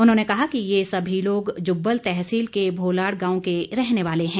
उन्होंने कहा कि ये सभी लोग जुब्बल तहसील के भोलाड़ गांव के रहने वाले हैं